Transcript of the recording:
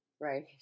Right